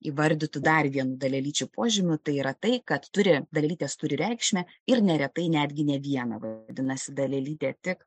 įvardytu dar vienu dalelyčių požymiu tai yra tai kad turi dalelytes turi reikšmę ir neretai netgi ne vieną vadinasi dalelytė tik